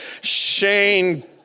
Shane